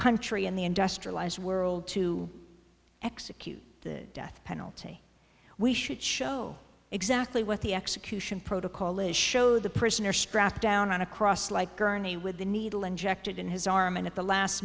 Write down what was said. country in the industrialized world to execute the death penalty we should show exactly what the execution protocol is show the prisoner strapped down on a cross like gurney with a needle injected in his arm and at the last